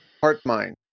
heart-mind